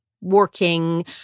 working